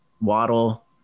Waddle